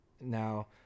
now